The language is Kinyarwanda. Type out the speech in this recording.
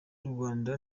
urwanda